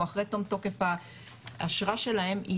או אחרי תום תוקף האשרה שלהם,